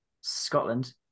Scotland